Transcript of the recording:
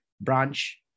branch